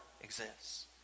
exists